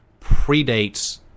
predates